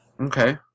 Okay